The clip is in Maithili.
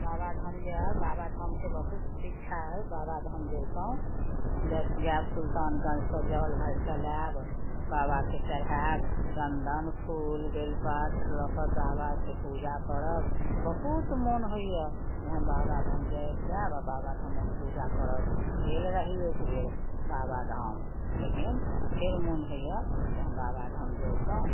बाबाधाम जायब बाबाधामके बहुत इच्छा अइ बाबाधाम जैतहुँ जे जैब सुल्तानगञ्जसँ जल भरिके लैब बाबाके चढ़ायब चन्दन फूल बेलपत्र लअ कऽ बाबाके पूजा करब बहुत मोन होइए जे हम बाबाधाम जे जैब आओर बाबाधाममे हम पूजा करब गेल रहि एक बेर बाबाधाम लेकिन फेर मोन होइए जे हम बाबाधाम जैतहुँ